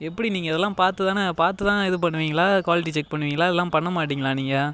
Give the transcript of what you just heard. எப்படி நீங்கள் இதலாம் பார்த்துதான பார்த்து தான் இது பண்ணுவிங்களா குவாலிட்டி செக் பண்ணுவிங்களா இதுலாம் பண்ண மாட்டிங்களா நீங்கள்